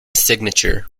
signature